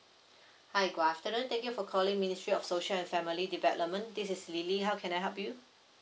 hi good afternoon thank you for calling ministry of social and family development this is lily how can I help you